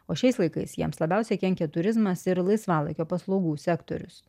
o šiais laikais jiems labiausiai kenkia turizmas ir laisvalaikio paslaugų sektorius